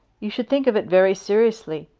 you should think of it very seriously.